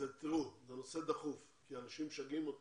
זה נושא דחוף כי אנשים משגעים את